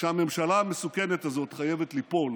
שהממשלה המסוכנת הזאת חייבת ליפול